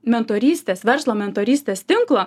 mentorystės verslo mentorystės tinklo